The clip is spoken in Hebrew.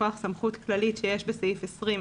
מכוח סמכות כללית שיש למנהל בסעיף 20,